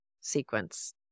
sequence